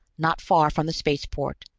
not far from the spaceport,